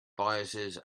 biases